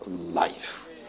life